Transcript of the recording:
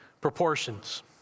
proportions